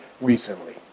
recently